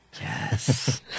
Yes